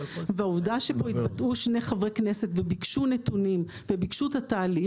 והעובדה שפה התבטאו שני חברי כנסת וביקשו נתונים וביקשו את התהליך,